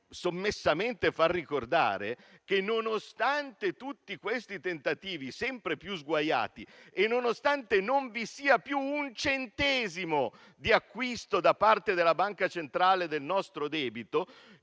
sommessamente ricordare che, nonostante tutti questi tentativi sempre più sguaiati e nonostante non vi sia più un centesimo di acquisto da parte della Banca centrale del nostro debito,